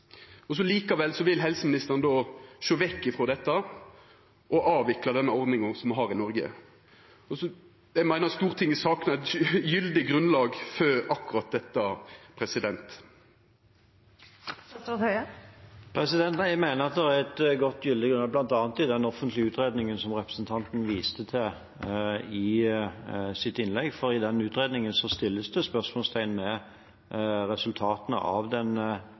Likevel vil helseministeren sjå vekk frå dette og avvikla denne ordninga som me har i Noreg. Eg meiner Stortinget saknar eit gyldig grunnlag for akkurat dette. Jeg mener at det er et godt gyldig grunnlag bl.a. i den offentlige utredningen som representanten viste til i sitt innlegg. I den utredningen settes det spørsmålstegn ved resultatene av